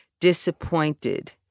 Disappointed